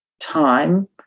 time